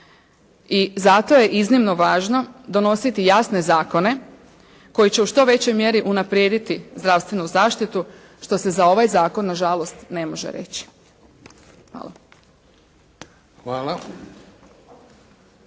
i zato je iznimno važno donositi jasne zakone koji će u što većoj mjeri unaprijediti zdravstvenu zaštitu što se za ovaj zakon ne može reći. Hvala.